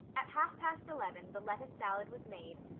at half past eleven the lettuce salad was made,